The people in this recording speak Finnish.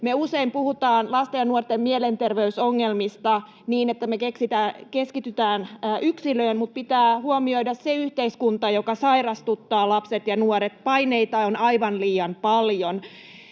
usein puhutaan lasten ja nuorten mielenterveysongelmista niin, että me keskitytään yksilöön, mutta pitää huomioida myös se yhteiskunta, joka sairastuttaa lapset ja nuoret. Paineita on aivan liian paljon.